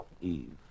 Eve